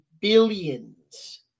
billions